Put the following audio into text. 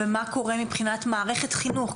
מה קורה מבחינת מערכת החינוך?